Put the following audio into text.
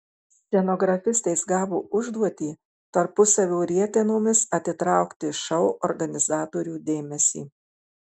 stenografistės gavo užduotį tarpusavio rietenomis atitraukti šou organizatorių dėmesį